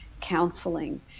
counseling